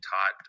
taught